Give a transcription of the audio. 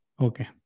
Okay